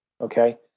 okay